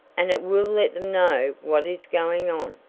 and it will let them know what is going on.